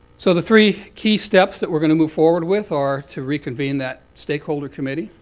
so the three key steps that we're going to move forward with are to reconvene that stakeholder committee,